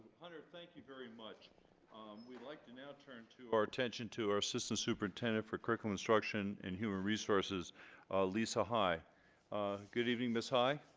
hunter thank you very much we like to now turn to our attention to our assistant superintendent for curriculum instruction and human resources lisa high good evening miss high.